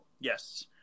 Yes